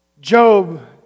Job